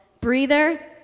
breather